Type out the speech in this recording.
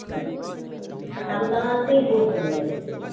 हम समस्तीपुरसँ बोलै छियै